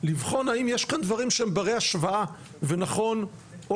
לבחון האם יש כאן דברים שהם ברי השוואה ונכון או